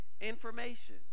information